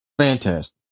Fantastic